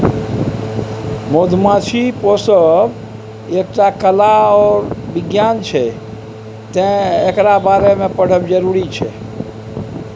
मधुमाछी पोसब एकटा कला आर बिज्ञान छै तैं एकरा बारे मे पढ़ब जरुरी छै